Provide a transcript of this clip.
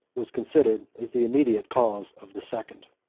was considered as the immediate cause of the second.